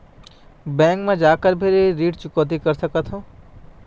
Bank मा जाके भी ऋण चुकौती कर सकथों?